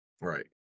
right